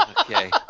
okay